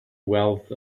wealth